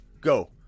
Go